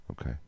Okay